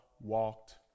walked